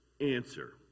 answer